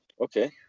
Okay